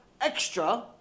extra